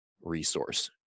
resource